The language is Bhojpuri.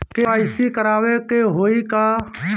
के.वाइ.सी करावे के होई का?